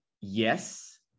yes